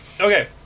Okay